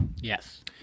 Yes